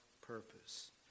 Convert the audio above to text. purpose